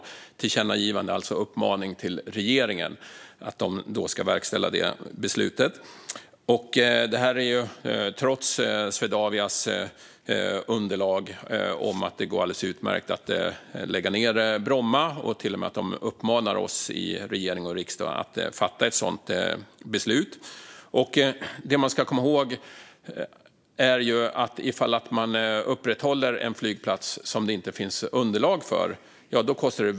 Ett tillkännagivande är alltså en uppmaning till regeringen att verkställa det beslutet. Så är det trots Swedavias underlag om att det går alldeles utmärkt att lägga ned Bromma. De till och med uppmanar oss i regering och riksdag att fatta ett sådant beslut. Det man ska komma ihåg är att det kostar väldigt mycket pengar för staten ifall man upprätthåller en flygplats som det inte finns underlag för.